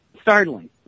startling